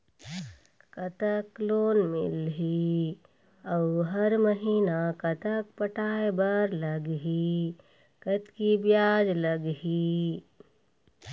कतक लोन मिलही अऊ हर महीना कतक पटाए बर लगही, कतकी ब्याज लगही?